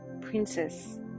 Princess